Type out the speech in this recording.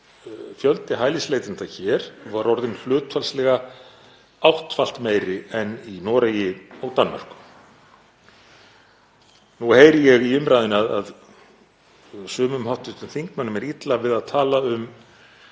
fjöldi hælisleitenda hér var orðinn hlutfallslega áttfalt meiri en í Noregi og Danmörku. Nú heyri ég í umræðunni að sumum hv. þingmönnum er illa við að tala um